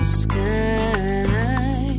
sky